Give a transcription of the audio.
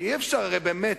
כי אי-אפשר באמת,